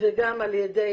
וגם על ידי